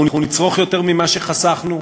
אנחנו נצרוך יותר ממה שחסכנו,